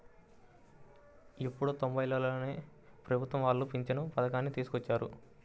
ఎప్పుడో తొంబైలలోనే ప్రభుత్వం వాళ్ళు పింఛను పథకాన్ని తీసుకొచ్చారు